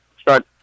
start